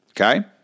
okay